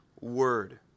word